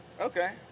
okay